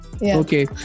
Okay